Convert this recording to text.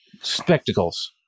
Spectacles